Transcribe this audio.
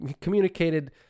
communicated